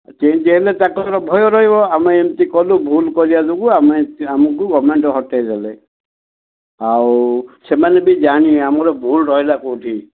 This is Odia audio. ସେମିତି ହେଲେ ତାଙ୍କର ଭୟ ରହିବ ଆମେ ଏମିତି କଲୁ ଭୁଲ କରିବା ଯୋଗୁଁ ଆମେ ଆମକୁ ଗଭର୍ଣ୍ଣମେଣ୍ଟ ହଟେଇଦେଲେ ଆଉ ସେମାନେ ବି ଜାଣିବେ ଆମର ଭୁଲ ରହିଲା କେଉଁଠି